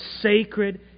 sacred